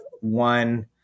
One